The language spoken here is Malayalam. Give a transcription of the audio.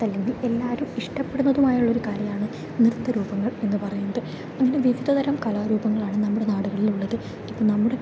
അതല്ലെങ്കിൽ എല്ലാവരും ഇഷ്ടപ്പെടുന്നതുമായുള്ളൊരു കാര്യമാണ് നൃത്തരൂപങ്ങൾ എന്ന് പറയുന്നത് അങ്ങനെ വിവിധ തരം കലാരൂപങ്ങളാണ് നമ്മുടെ നാടുകളിലുള്ളത് ഇപ്പോൾ നമ്മുടെ